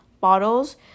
bottles